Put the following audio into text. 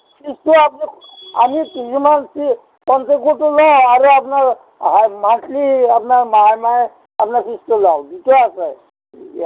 এতিয়া আমি তিনি মাহত কি লৈ আহক আৰু আপোনাৰ মান্থলি আপোনাৰ মাহে মাহে আপোনাৰ দি থৈ আহক দি থোৱা আছে